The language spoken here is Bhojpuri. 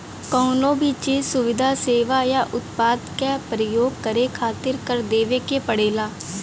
कउनो भी चीज, सुविधा, सेवा या उत्पाद क परयोग करे खातिर कर देवे के पड़ेला